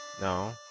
No